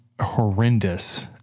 horrendous